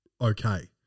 okay